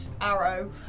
arrow